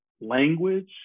language